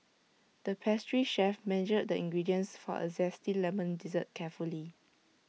the pastry chef measured the ingredients for A Zesty Lemon Dessert carefully